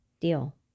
Deal